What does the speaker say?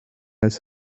als